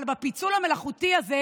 אבל בפיצול המלאכותי הזה